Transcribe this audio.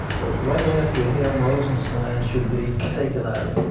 but right after him, rosenstein should be taken out.